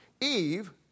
Eve